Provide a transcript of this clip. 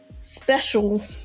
special